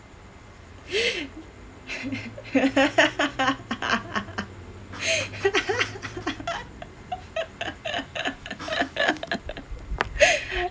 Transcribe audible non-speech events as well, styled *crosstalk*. *laughs*